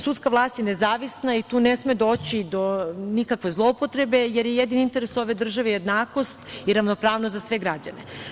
Sudska vlast je nezavisna i tu ne sme doći do nikakve zloupotrebe, jer je jedini interes ove države jednakost i ravnopravnost za sve građane.